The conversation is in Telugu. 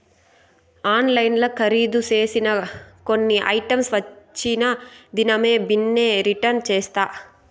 ఆన్లైన్ల కరీదు సేసిన కొన్ని ఐటమ్స్ వచ్చిన దినామే బిన్నే రిటర్న్ చేస్తా